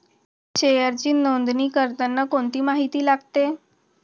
शेअरची नोंदणी करताना कोणती माहिती लागते?